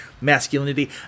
masculinity